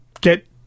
get